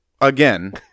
again